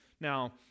Now